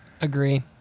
Agree